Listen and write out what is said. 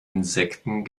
insekten